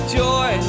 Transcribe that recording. joy